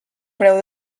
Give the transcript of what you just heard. preu